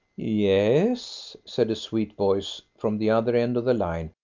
yes, said a sweet voice from the other end of the line.